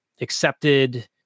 accepted